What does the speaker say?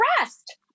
rest